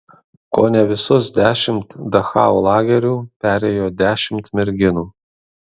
kone visus dešimt dachau lagerių perėjo dešimt merginų